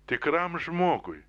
tikram žmogui